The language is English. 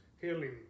healing